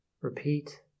repeat